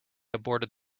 aborted